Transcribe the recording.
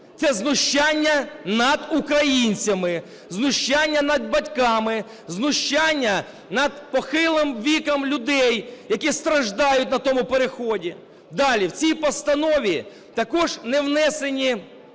це знущання над українцями, знущання над батьками, знущання над похилим віком людей, які страждають на тому переході. Далі. В цій постанові також не внесені